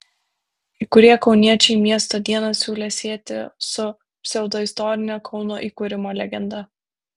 kai kurie kauniečiai miesto dieną siūlė sieti su pseudoistorine kauno įkūrimo legenda